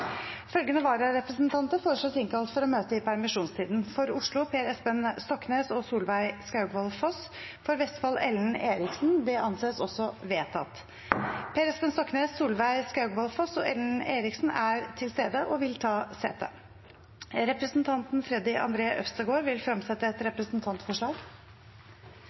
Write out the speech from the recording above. Følgende vararepresentanter innkalles for å møte i permisjonstiden: For Oslo, Per Espen Stoknes og Solveig Skaugvoll Foss For Vestfold, Ellen Eriksen Per Espen Stoknes, Solveig Skaugvoll Foss og Ellen Eriksen er til stede og vil ta sete. Representanten Freddy André Øvstegård vil fremsette et representantforslag.